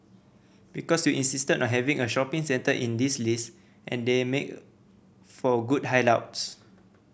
because you insisted on having a shopping centre in this list and they make for good hideouts